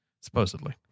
Supposedly